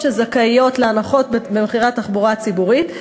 שזכאיות להנחות במחירי התחבורה הציבורית,